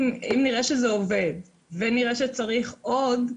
אם נראה שזה עובד, ונראה שצריך עוד,